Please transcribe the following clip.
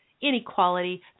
inequality